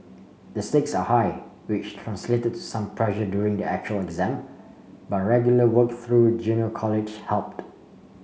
the stakes are high which translated to some pressure during the actual exam but regular work through junior college helped